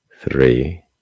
three